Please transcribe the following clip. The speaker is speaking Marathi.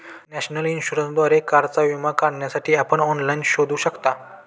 नॅशनल इन्शुरन्सद्वारे कारचा विमा काढण्यासाठी आपण ऑनलाइन शोधू शकता